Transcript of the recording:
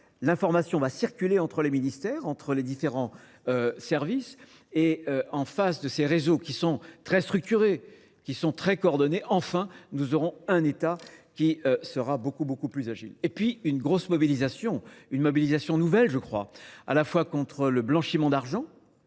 L'information va circuler entre les ministères, entre les différents services, et en face de ces réseaux qui sont très structurés, qui sont très coordonnés, enfin nous aurons un État qui sera beaucoup beaucoup plus agile. Et puis une grosse mobilisation, une mobilisation nouvelle je crois, à la fois contre le blanchiment d'argent,